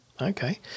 Okay